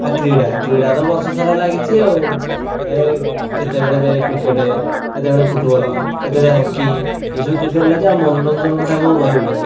ଆଉ କ୍ରୀଡ଼ା କ୍ରୀଡ଼ା ତ ବର୍ଷ ସାରା ଲାଗିଛି ଆଉ ଏଇ କେତେବେଳେ କ୍ରିକେଟ କେତେବେଳେ ଫୁଟବଲ କେତେବେଳେ ହକି ଏଇ ସବୁ କ୍ରିକେଟ ଲାଗିଛି ଆଉ ମନୋରଞ୍ଜନ କଥା କଣ କହିବି